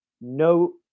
no